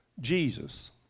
Jesus